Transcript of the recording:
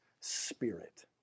spirit